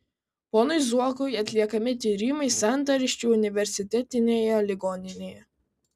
ponui zuokui atliekami tyrimai santariškių universitetinėje ligoninėje